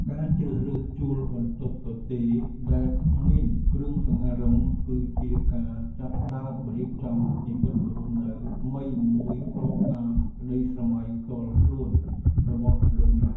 ការជ្រើសរើសជួលបន្ទប់ទទេរដែលគ្មានគ្រឿងសង្ហារិមគឺជាការចាប់ផ្ដើមរៀបចំជីវិតរស់នៅថ្មីមួយស្របតាមក្ដីស្រមៃផ្ទាល់ខ្លួនរបស់លោកអ្នក។